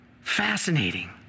Fascinating